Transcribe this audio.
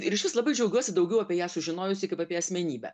ir išvis labai džiaugiuosi daugiau apie ją sužinojusi kaip apie asmenybę